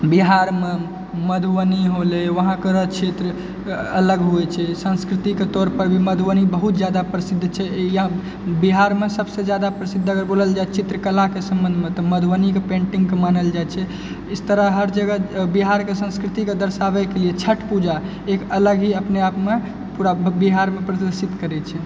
बिहारमे मधुबनी होलै वहाँकर क्षेत्र अलग होइ छै संस्कृतिके तौर पर भी मधुबनी बहुत ज्यादा प्रसिद्ध छै यहाँ बिहारमे सबसँ ज्यादा प्रसिद्ध अगर बोलल जाइ चित्रकलाके सम्बन्धमे तऽ मधुबनीके पेन्टिङ्गके मानल जाइ छै इस तरह हर जगह बिहारके संस्कृतिके दर्शाबैके लिए छठ पूजा एक अलग ही अपने आपमे पूरा बिहारमे प्रदर्शित करै छै